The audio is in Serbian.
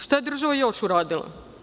Šta je država još uradila?